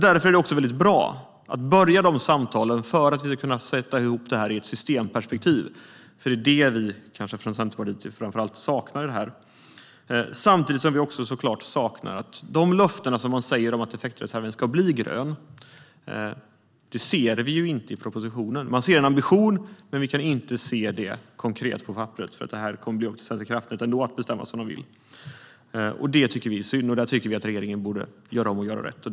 Därför är det väldigt bra att påbörja de samtalen för att vi ska kunna sätta in det här ur ett systemperspektiv, vilket är det som vi från Centerpartiet framför allt saknar här. Löftena om att effektreserven ska bli grön ser vi inte i propositionen. Vi ser en ambition, men vi kan inte se konkret på papperet att det kommer att träda i kraft, utan det är upp till dem att bestämma som de vill. Det tycker vi är synd. Där borde regeringen göra om och göra rätt.